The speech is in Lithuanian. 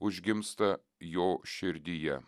užgimsta jo širdyje